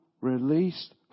released